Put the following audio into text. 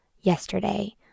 yesterday